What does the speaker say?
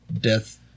death